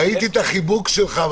ראיתי את החיבוק שלך,